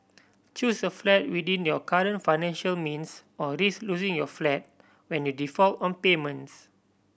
choose a flat within your current financial means or risk losing your flat when you default on payments